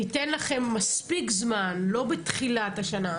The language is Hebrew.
ניתן לכם מספיק זמן, לא בתחילת השנה.